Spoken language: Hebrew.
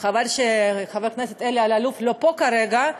חבל שחבר הכנסת אלי אלאלוף איננו פה כרגע,